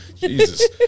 Jesus